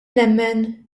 nemmen